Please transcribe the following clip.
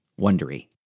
Wondery